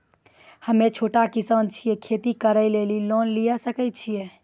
हम्मे छोटा किसान छियै, खेती करे लेली लोन लिये सकय छियै?